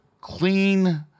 clean